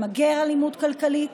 למגר אלימות כלכלית,